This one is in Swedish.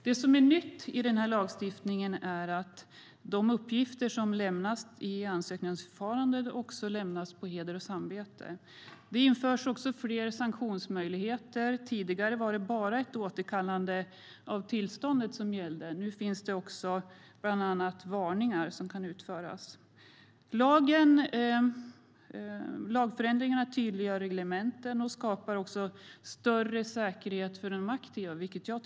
Det som är nytt i lagstiftningen är att de uppgifter som lämnas i ett ansökningsförfarande också lämnas på heder och samvete. Det införs även fler sanktionsmöjligheter. Tidigare var det bara ett återkallande av tillståndet som gällde. Nu kan också bland annat varningar utföras. Lagförändringarna tydliggör reglementen och skapar större säkerhet för de aktiva. Det är bra.